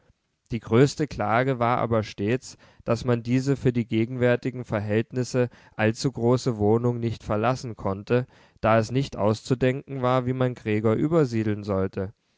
die größte klage war aber stets daß man diese für die gegenwärtigen verhältnisse allzu große wohnung nicht verlassen konnte da es nicht auszudenken war wie man gregor übersiedeln sollte